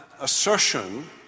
assertion